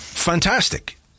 fantastic